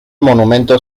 monumento